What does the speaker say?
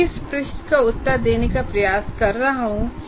मैं किस प्रश्न का उत्तर देने का प्रयास कर रहा हूं